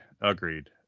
Agreed